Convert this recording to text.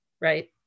right